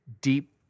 deep